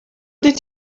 did